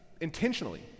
intentionally